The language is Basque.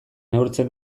neurtzen